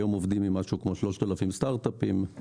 היום עובדים עם משהו כמו 3,000 סטארט-אפים עם